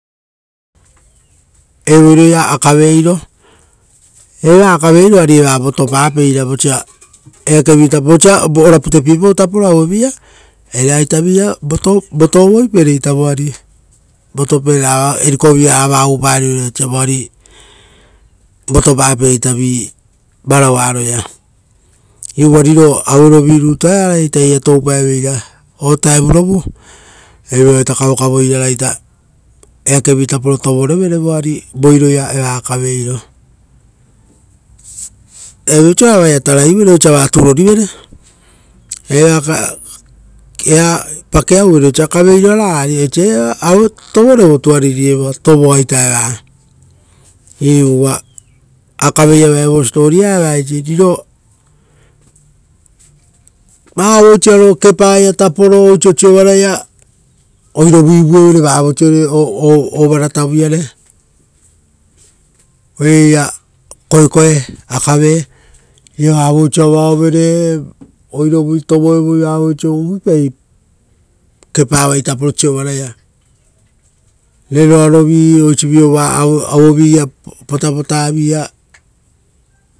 Evo iroia akave iro. Eva akave iro, ari eva votopapeira vosa eake vi-ora vosa ora putepiepautapo eari evaita vi-ia votovoi pere, votovoi pere, votopere ra erikovira raga va uvuparivere osa votopapere vo vivaro varaua. Uva riro aurovirutuita evara oaraia eira toupaeveira. Ovutarovu, ari evo vaita kavokavo irara eakevi-ita iovorevere voari, voiro ia eva akave iro. Ra viapau oisio vaia taraiuvere osa va turori-vere. Evapa keau vere oisio akaveiro raga eari evoa ave tovorevoita. Eva iu uua akave iava evo siposipoa eva eisi. Vavoisio kepaia taporo, ora oisio siovaraia oirovu ivuevere vavoisiore ovaratavuiare, oira eira koekoe o akave, iria vavoisio avaovere, oirovu tovoevoi; uvuipai kepavai taporo siovaraia, reroarovi o putaputavi-ia.